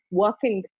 working